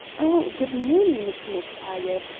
oh, good morning! mr. mactaggart,